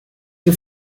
que